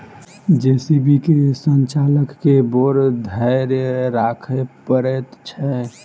JCB के संचालक के बड़ धैर्य राखय पड़ैत छै